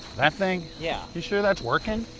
that thing? yeah. you sure that's working?